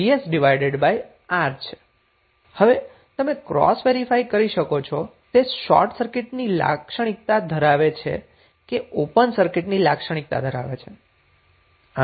હવે તમે cross verify કરી શકો છો કે તે શોર્ટ સર્કિટની લાક્ષણિકતા ધરાવે છે કે ઓપન સર્કિટની લાક્ષણિકતા ધરાવે છે